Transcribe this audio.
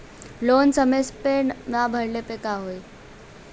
Loan समय से ना भरले पर का होयी?